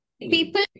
people